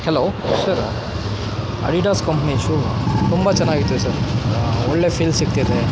hello sir Adidas company shoe ತುಂಬ ಚೆನ್ನಾಗಿತ್ತು sir ಒಳ್ಳೆ ಫೀಲ್ ಸಿಗ್ತಿದೆ